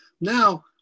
now